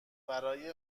برای